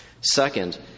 Second